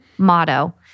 motto